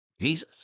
Jesus